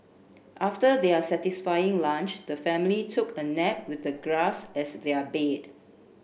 after their satisfying lunch the family took a nap with the grass as their bed